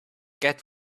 get